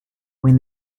when